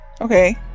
Okay